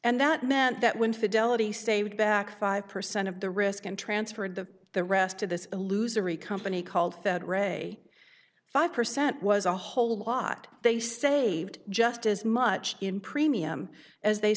and that meant that when fidelity stayed back five percent of the risk and transferred to the rest of this a loser a company called fed ray five percent was a whole lot they saved just as much in premium as they